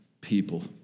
people